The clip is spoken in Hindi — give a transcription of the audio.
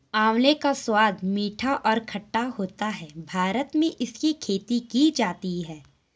आंवले का स्वाद मीठा एवं खट्टा होता है भारत में इसकी खेती की जाती है